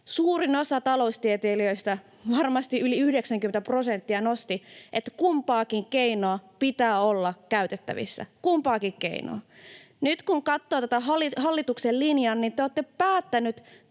Suurin osa taloustieteilijöistä, varmasti yli 90 prosenttia, nosti, että kumpaakin keinoa pitää olla käytettävissä — kumpaakin keinoa. Nyt kun katsoo tätä hallituksen linjaa, niin te olette päättäneet